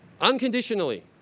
Unconditionally